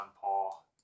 Paul